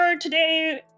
today